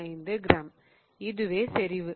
05245 gram இதுவே செறிவு